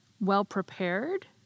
well-prepared